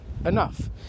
enough